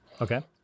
Okay